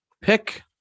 pick